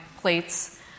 plates